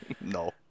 no